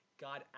God